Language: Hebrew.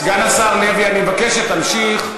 סגן השר לוי, אני מבקש שתמשיך,